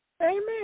Amen